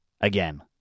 Again